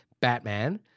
Batman